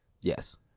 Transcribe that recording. Yes